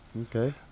Okay